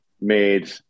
made